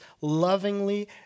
lovingly